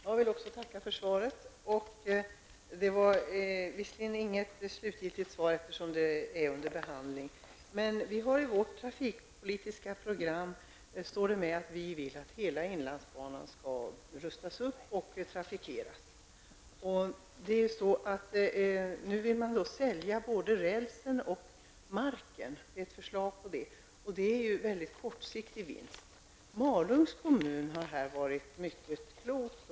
Herr talman! Jag vill också tacka för svaret. Det var inget slutgiltigt svar, eftersom ärendet är under behandling. Vi har som en punkt i vårt trafikpolitiska program att vi vill att hela inlandsbanan skall rustas upp och trafikeras. Nu föreligger det ett förslag att man skall sälja både rälsen och marken. Det ger bara en mycket kortsiktig vinst. Malungs kommun har varit mycket klok.